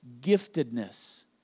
Giftedness